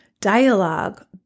dialogue